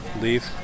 leave